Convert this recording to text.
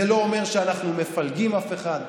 זה לא אומר שאנחנו מפלגים אף אחד.